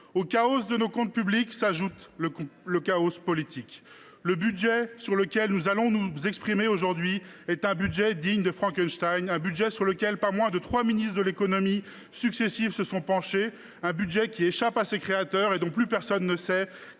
Au chaos de nos comptes publics s’est ajouté le chaos politique. Le texte sur lequel nous allons nous exprimer aujourd’hui a tout d’une création de Frankenstein. Ce budget, sur lequel pas moins de trois ministres de l’économie successifs se sont penchés, échappe à ses créateurs et plus personne ne sait